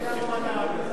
אין לנו מטרה כזאת.